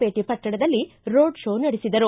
ಪೇಟೆ ಪಟ್ಟಣದಲ್ಲಿ ರೋಡ್ಕೋ ನಡೆಸಿದರು